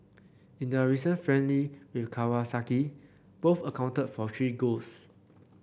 in their recent friendly with Kawasaki both accounted for three goals